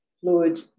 fluid